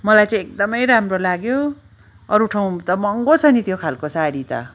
मलाई चाहिँ एकदमै राम्रो लाग्यो अरू ठाउँ त महँगो छ नि त्यो खालको साडी त